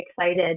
excited